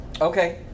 Okay